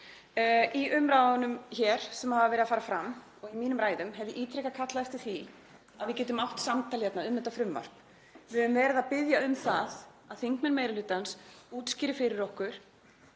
Í umræðunum hér sem hafa verið að fara fram og í mínum ræðum hef ég ítrekað kallað eftir því að við getum átt samtal hérna um þetta frumvarp. Við höfum verið að biðja um það að þingmenn meiri hlutans útskýri fyrir okkur